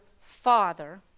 father